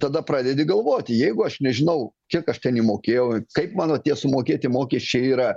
tada pradedi galvoti jeigu aš nežinau kiek aš ten įmokėjau kaip mano tie sumokėti mokesčiai yra